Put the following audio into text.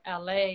LA